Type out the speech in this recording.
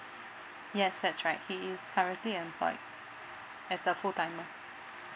yes that's right he is currently employed as a full timer